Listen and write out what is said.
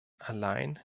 allein